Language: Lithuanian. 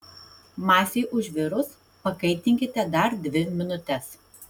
masei užvirus pakaitinkite dar dvi minutes